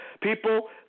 People